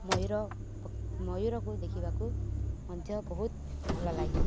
ମୟୂର ମୟୂୁରକୁ ଦେଖିବାକୁ ମଧ୍ୟ ବହୁତ ଭଲ ଲାଗେ